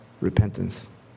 Repentance